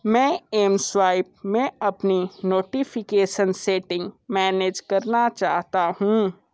मैं एमस्वाइप में अपनी नोटीफिकेसन सेटिंग मैनेज करना चाहता हूँ